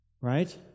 right